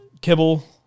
Kibble